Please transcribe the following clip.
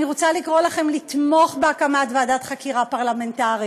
אני רוצה לקרוא לכם לתמוך בהקמת ועדת חקירה פרלמנטרית.